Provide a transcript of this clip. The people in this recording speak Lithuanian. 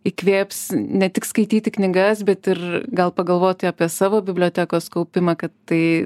įkvėps ne tik skaityti knygas bet ir gal pagalvoti apie savo bibliotekos kaupimą kad tai